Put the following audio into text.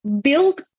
build